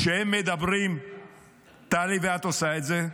כשהם מדברים, טלי, את עושה את זה.